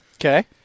Okay